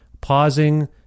pausing